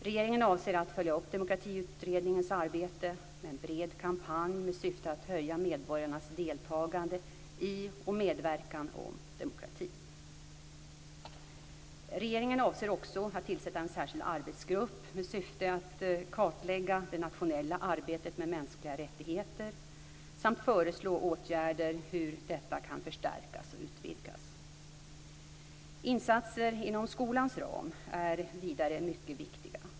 Regeringen avser att följa upp demokratiutredningens arbete med en bred kampanj med syfte att höja medborgarnas deltagande i och medvetenhet om demokratin. Regeringen avser också att tillsätta en särskild arbetsgrupp med syfte att kartlägga det nationella arbetet med mänskliga rättigheter samt föreslå åtgärder hur detta kan förstärkas och utvidgas. Insatser inom skolans ram är vidare mycket viktiga.